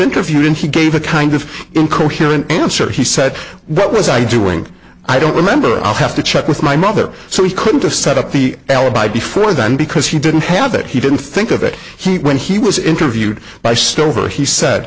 interviewed and he gave a kind of incoherent answer he said what was i doing i don't remember i'll have to check with my mother so we could just set up the alibi before then because he didn't have it he didn't think of it he when he was interviewed by stover he said